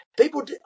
people